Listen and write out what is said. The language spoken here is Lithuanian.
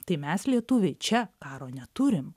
tai mes lietuviai čia karo neturim